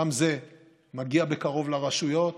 גם זה מגיע היום לרשויות,